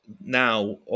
now